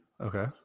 Okay